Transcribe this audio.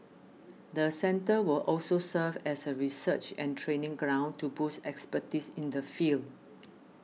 the centre will also serve as a research and training ground to boost expertise in the field